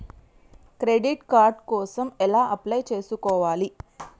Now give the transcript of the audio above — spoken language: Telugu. క్రెడిట్ కార్డ్ కోసం ఎలా అప్లై చేసుకోవాలి?